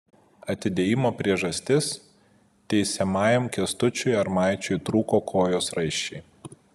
atidėjimo priežastis teisiamajam kęstučiui armaičiui trūko kojos raiščiai